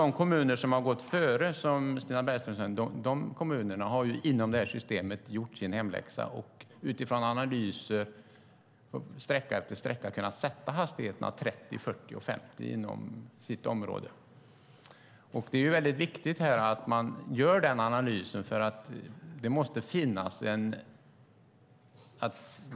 De kommuner har gått före, som Stina Bergström säger, har inom det här systemet gjort sin hemläxa och har utifrån analyser av respektive vägsträcka kunnat sätta hastighetsgränserna 30, 40 eller 50 inom sitt område. Det är ju väldigt viktigt att man gör den analysen.